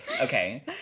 Okay